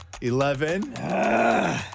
Eleven